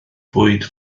fwyd